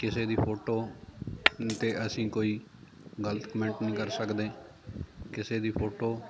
ਕਿਸੇ ਦੀ ਫੋਟੋ 'ਤੇ ਅਸੀਂ ਕੋਈ ਗਲਤ ਕਮੈਂਟ ਨਹੀਂ ਕਰ ਸਕਦੇ ਕਿਸੇ ਦੀ ਫੋਟੋ